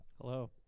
Hello